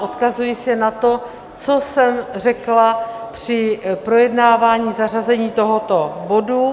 Odkazuji se na to, co jsem řekla při projednávání zařazení tohoto bodu.